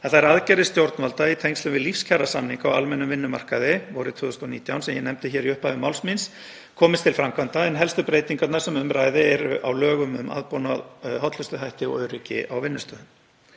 að þær aðgerðir stjórnvalda í tengslum við lífskjarasamninga á almennum vinnumarkaði vorið 2019, sem ég nefndi í upphafi máls míns, komist til framkvæmda en helstu breytingarnar sem um ræðir eru á lögum um aðbúnað, hollustuhætti og öryggi á vinnustöðum.